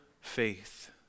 faith